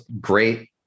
great